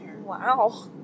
Wow